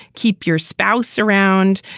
keep your spouse around.